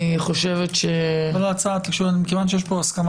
אני חושבת ש --- מכיוון שיש פה הסכמה